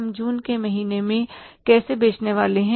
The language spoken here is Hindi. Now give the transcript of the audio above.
हम जून के महीने में कैसे बेचने वाले हैं